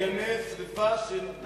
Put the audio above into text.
אין יהודי, בלי פשרות, שלא יגנה שרפה של מסגד.